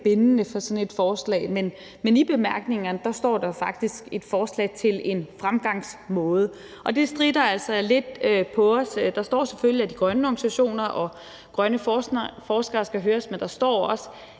bindende for sådan et forslag, men i bemærkningerne står der faktisk et forslag til en fremgangsmåde, og det får altså håret til at stritte lidt på os. Der står selvfølgelig, at de grønne organisationer og grønne forskere skal høres, men der står også,